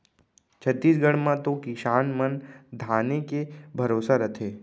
छत्तीसगढ़ म तो किसान मन धाने के भरोसा रथें